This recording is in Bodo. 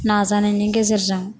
नाजानायनि गेजेरजों